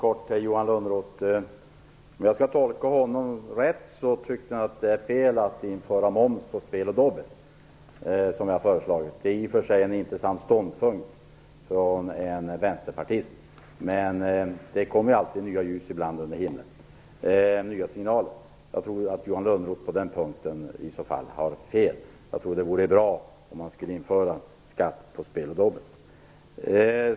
Fru talman! Om jag tolkade Johan Lönnroth rätt tyckte han att det är fel att införa moms på spel och dobbel, som vi har föreslagit. Det är i och för sig en intressant ståndpunkt från en vänsterpartist - det kommer ibland nya signaler under himlen! Jag tror i så fall att Johan Lönnroth har fel på den punkten; jag tror att det vore bra med en skatt på spel och dobbel.